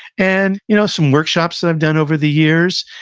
and you know some workshops that i've done over the years.